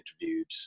interviewed